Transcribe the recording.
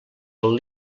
del